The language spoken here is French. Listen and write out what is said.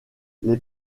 les